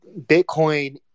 bitcoin